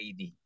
AD